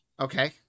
Okay